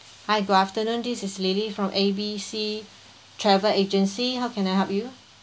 hi good afternoon this is lily from A B C travel agency how can I help you